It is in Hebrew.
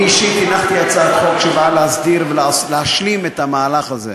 אני אישית הנחתי הצעת חוק שבאה להסדיר ולהשלים את המהלך הזה,